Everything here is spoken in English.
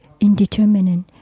indeterminate